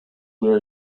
where